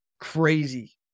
Crazy